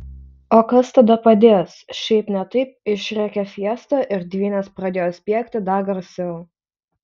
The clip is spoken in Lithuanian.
o kas tada padės šiaip ne taip išrėkė fiesta ir dvynės pradėjo spiegti dar garsiau